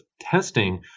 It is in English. testing